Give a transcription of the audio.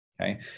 okay